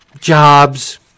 jobs